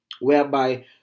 whereby